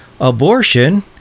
abortion